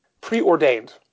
preordained